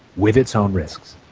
with its own risks,